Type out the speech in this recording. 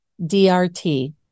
DRT